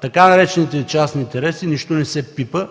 така наречените „частни интереси” нищо не се пипа.